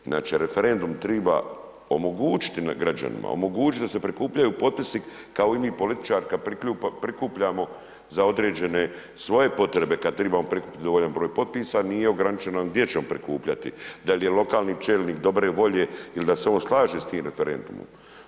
Znači, referendum treba omogućiti na građanima, omogućiti da se prikupljaju potpisi kao i mi političari kad prikupljamo za određene svoje potrebe kad trebamo prikupiti dovoljan broj potpisa nije ograničeno, gdje ćemo prikupljati, da li je lokalni čelnik dobre volje ili da se on slaže s tim referendumom.